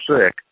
sick